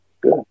good